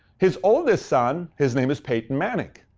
his oldest son, his name is peyton manning.